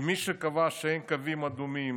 מי שקבע שאין קווים אדומים